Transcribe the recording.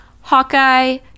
Hawkeye